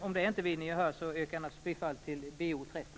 Om det inte vinner gehör yrkar jag bifall till motion Bo30.